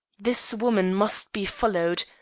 this woman must be followed,